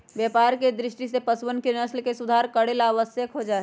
व्यापार के दृष्टि से पशुअन के नस्ल के सुधार करे ला आवश्यक हो जाहई